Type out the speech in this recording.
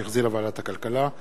שהחזירה ועדת הכלכלה,